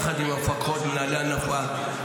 יחד עם המפקחות ומנהלי הנפה,